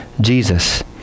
Jesus